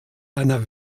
einer